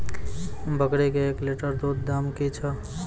बकरी के एक लिटर दूध दाम कि छ?